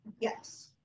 Yes